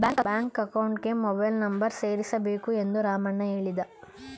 bank ಅಕೌಂಟ್ಗೆ mobile number ಸೇರಿಸಬೇಕು ಎಂದು ರಾಮಣ್ಣ ಹೇಳಿದ